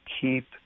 keep